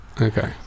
Okay